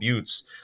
Buttes